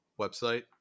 website